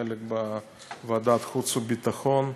חלק בוועדת חוץ וביטחון.